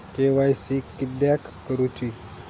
KYC किदयाक करूची?